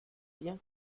bien